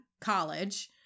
college